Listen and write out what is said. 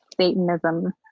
Satanism